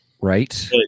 right